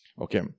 okay